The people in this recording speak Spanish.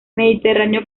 mediterráneo